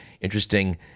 interesting